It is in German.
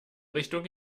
richtung